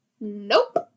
Nope